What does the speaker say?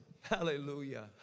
Hallelujah